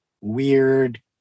weird